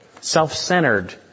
self-centered